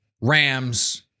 Rams